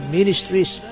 Ministries